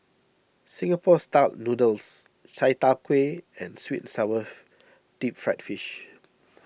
Singapore Style Noodles Chai Tow Kway and Sweet Sour Deep Fried Fish